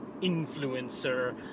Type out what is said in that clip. influencer